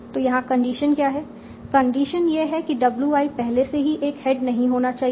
तो यहां कंडीशन क्या है कंडीशन यह है कि w i पहले से ही एक हेड नहीं होना चाहिए